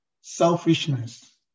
selfishness